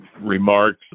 remarks